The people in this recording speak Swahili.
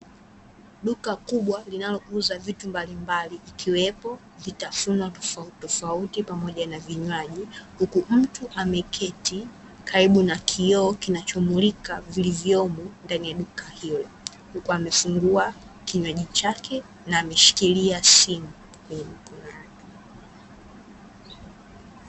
Duka kubwa linalouza vitu mbalimbali ikiwepo vitafunwa tofauti tofauti pamoja na vinywaji, huku mtu ameketi karibu na kioo kinachomulika vilivyomo ndani ya duka hilo huku amefungua kinywaji chake na ameshikilia simu kwenye mikono yake.